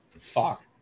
fuck